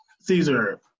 Caesar